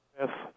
Yes